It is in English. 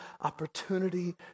opportunity